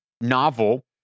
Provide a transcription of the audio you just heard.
novel